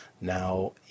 Now